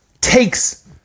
takes